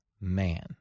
man